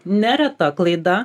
nereta klaida